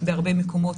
בהרבה מקומות,